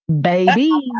baby